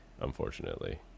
unfortunately